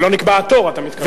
ולא נקבע התור, אתה מתכוון.